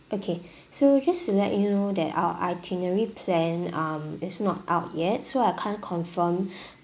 okay so just to let you know that our itinerary plan um is not out yet so I can't confirm